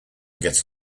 get